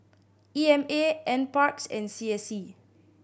E M A Nparks and C S C